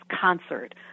concert